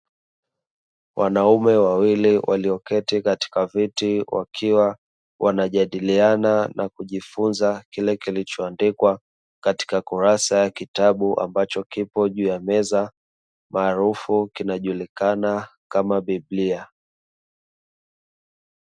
Wanaume wawili walioketi katika viti, wakiwa wanajadiliana na kujifunza kile kilichoandikwa katika kurasa ya kitabu ambacho kipo juu ya meza maarufu kinajulikana kama Biblia.